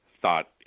thought